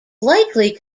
likely